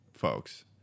folks